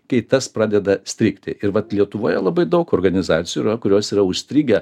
kai tas pradeda strigti ir vat lietuvoje labai daug organizacijų yra kurios yra užstrigę